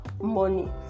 money